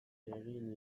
egin